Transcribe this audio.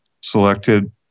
Selected